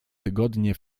tygodnie